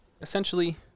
Essentially